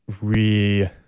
re